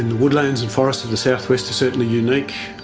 and woodlands and forests of the southwest are certainly unique.